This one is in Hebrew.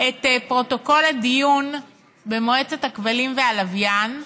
את פרוטוקול הדיון במועצת הכבלים והלוויין,